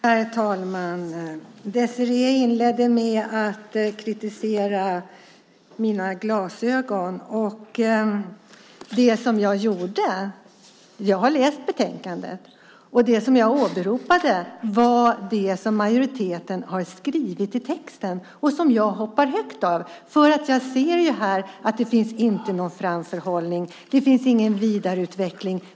Herr talman! Désirée inledde med att kritisera mina glasögon. Jag har läst betänkandet. Det som jag åberopade var det som majoriteten har skrivit i texten och som jag hoppar högt av för att jag ser att det inte finns någon framförhållning och vidareutveckling.